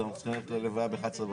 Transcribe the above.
אז אנחנו צריכים ללכת להלוויה ב-11:30.